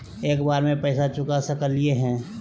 एक बार में पैसा चुका सकालिए है?